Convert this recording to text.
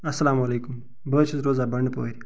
اسلامُ علیکم بہٕ حظ چھُس روزان بنڈٕ پورِ